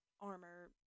armor